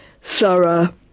Sarah